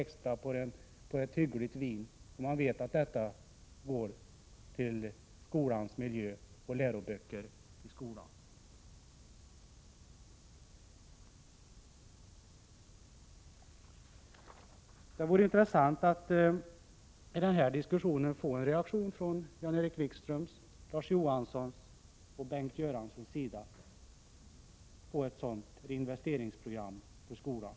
extra för ett ganska bra vin, om han visste att det skulle gå till skolans miljö och läroböcker. Det vore intressant att i denna diskussion få en reaktion från Jan-Erik Wikström, Larz Johansson och Bengt Göransson på ett sådant reinvesteringsprogram för skolan.